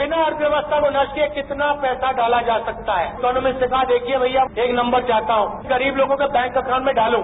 बिना अर्थव्यस्था को नष्ट किए कितना पैसा डाला जा सकता है तो इक्नोमिस्ट से कहा कि देखिए भैया एक नंबर चाहता हूं जो गरीब लोगों के बैंक एकाउंट में डालू